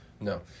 No